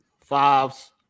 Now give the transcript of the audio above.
fives